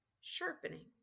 sharpening